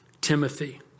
Timothy